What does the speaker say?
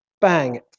Bang